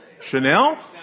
Chanel